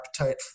appetite